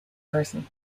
person